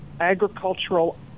agricultural